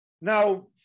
Now